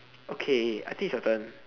okay I think it's your turn